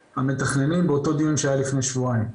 המתכננים באותו דיון שהיה לפני שבועיים.